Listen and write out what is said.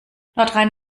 nordrhein